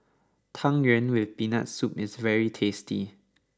Tang Yuen with Peanut Soup is very tasty